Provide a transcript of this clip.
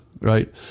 right